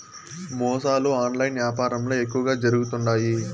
మోసాలు ఆన్లైన్ యాపారంల ఎక్కువగా జరుగుతుండాయి